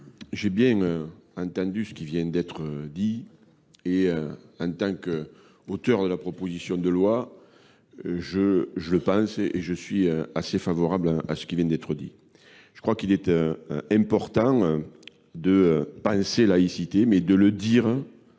J'ai bien entendu ce qui vient d'être dit, et en tant qu'auteur de la proposition de loi, je le pense et je suis assez favorable à ce qui vient d'être dit. Je crois qu'il est important de penser laïcité, mais de le dire,